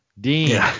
Dean